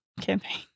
campaign